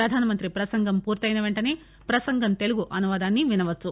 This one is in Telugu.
ప్రధానమంత్రి ప్రసంగం పూర్తయిన పెంటనే ప్రసంగం తెలుగు అనువాదాన్ని వినవచ్చు